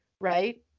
right